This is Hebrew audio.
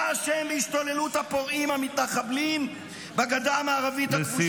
אתה אשם בהשתוללות הפורעים המתנחבלים בגדה המערבית הכבושה,